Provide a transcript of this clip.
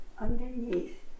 Underneath